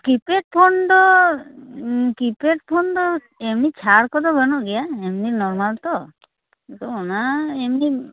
keypad phone ᱫᱚ keypad phone ᱫᱚ ᱮᱢᱱᱤ ᱪᱷᱟᱲ ᱠᱚᱫᱚ ᱵᱟᱹᱱᱩᱜ ᱜᱮᱭᱟ ᱮᱢᱱᱤ ᱱᱚᱨᱢᱟᱞ ᱛᱚ ᱚᱱᱟ ᱮᱢᱱᱤ